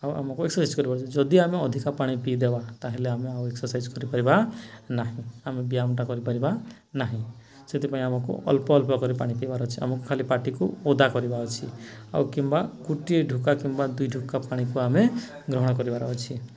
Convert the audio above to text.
ଆଉ ଆମକୁ ଏକ୍ସରସାଇଜ କରିବାର ଅଛି ଯଦି ଆମେ ଅଧିକା ପାଣି ପିଇଦେବା ତାହେଲେ ଆମେ ଆଉ ଏକ୍ସରସାଇଜ କରିପାରିବା ନାହିଁ ଆମେ ବ୍ୟାୟାମଟା କରିପାରିବା ନାହିଁ ସେଥିପାଇଁ ଆମକୁ ଅଳ୍ପ ଅଳ୍ପ କରି ପାଣି ପିଇବାର ଅଛି ଆମକୁ ଖାଲି ପାଟିକୁ ଓଦା କରିବାର ଅଛି ଆଉ କିମ୍ବା ଗୋଟିଏ ଢୋକ କିମ୍ବା ଦୁଇ ଢୋକ ପାଣିକୁ ଆମେ ଗ୍ରହଣ କରିବାର ଅଛି